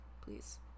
please